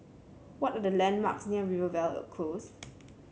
what are the landmarks near Rivervale Close